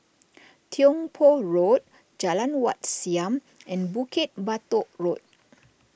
Tiong Poh Road Jalan Wat Siam and Bukit Batok Road